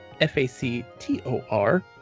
f-a-c-t-o-r